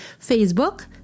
Facebook